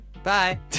Bye